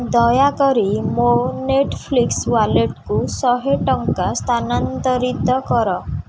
ଦୟାକରି ମୋ ନେଟ୍ଫ୍ଲିକ୍ସ୍ ୱାଲେଟ୍କୁ ଶହେ ଟଙ୍କା ସ୍ଥାନାନ୍ତରିତ କର